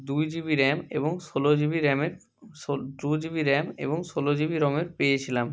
দুই GB RAM এবং ষোলো জিবি র্যামের ষো টু জিবি র্যাম এবং ষোলো জিবি রমের পেয়েছিলাম